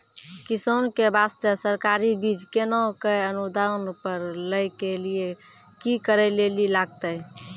किसान के बास्ते सरकारी बीज केना कऽ अनुदान पर लै के लिए की करै लेली लागतै?